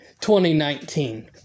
2019